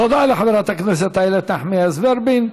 תודה לחברת הכנסת איילת נחמיאס ורבין.